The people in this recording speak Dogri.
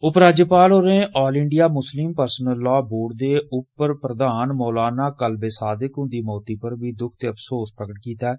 उपराज्यपाल होरें All India Muslim personal law board दे उपप्रघान मौलाना कालबे साहिक हुंदी मौती पर बी दुख ते बसोस जाहर कीता ऐ